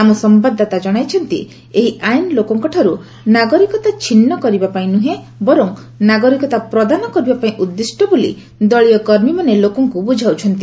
ଆମ ସମ୍ଭାଦଦାତା ଜଣାଇଛନ୍ତି ଏହି ଆଇନ ଲୋକଙ୍କଠାର୍ ନାଗରିକତା ଛିନ୍ନ କରିବାପାଇଁ ନୁହେଁ ବରଂ ନାଗରିକତା ପ୍ରଦାନ କରିବାପାଇଁ ଉଦ୍ଦିଷ୍ଟ ବୋଲି ଦଳୀୟ କର୍ମୀମାନେ ଲୋକଙ୍କୁ ବୁଝାଉଛନ୍ତି